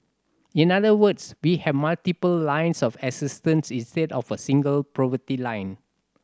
in other words we have multiple lines of assistance instead of a single poverty line